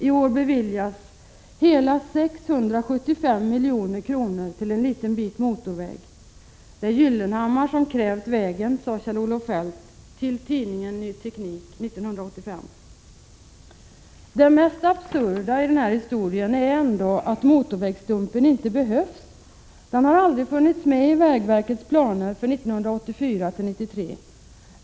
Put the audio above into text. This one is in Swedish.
I år beviljas hela 675 milj.kr. till en liten bit motorväg. Det är Gyllenhammar som har krävt vägen, sade Kjell-Olof Feldt till tidningen Ny Teknik 1985. Det mest absurda i den här historien är ändå att motorvägsstumpen inte behövs. Den har aldrig funnits med i vägverkets planer för 1984-1993.